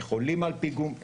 איך עולים על פיגום,